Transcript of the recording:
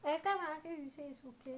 every time I ask you you say it's okay